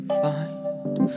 find